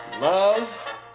love